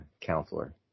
counselor